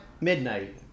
midnight